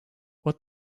what